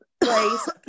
place